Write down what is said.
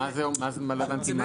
לא הבנתי מה זה אומר.